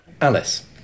Alice